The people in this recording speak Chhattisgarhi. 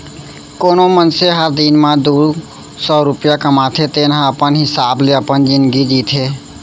कोनो मनसे ह दिन म दू सव रूपिया कमाथे तेन ह अपन हिसाब ले अपन जिनगी जीथे